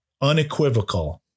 unequivocal